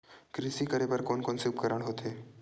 कृषि करेबर कोन कौन से उपकरण होथे?